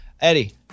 Eddie